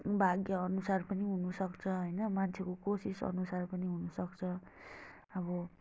भाग्यअनुसार पनि हुनुसक्छ होइन मान्छेको कोसिसअनुसार पनि हुनुसक्छ अब